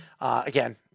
Again